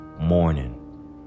morning